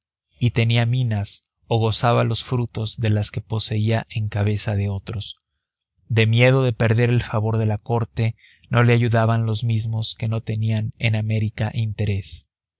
y tenía minas o gozaba los frutos de las que poseía en cabeza de otros de miedo de perder el favor de la corte no le ayudaban los mismos que no tenían en américa interés